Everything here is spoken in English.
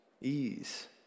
ease